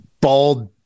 bald